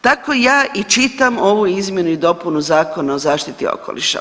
Tako ja i čitam ovu izmjenu i dopunu Zakona o zaštiti okoliša.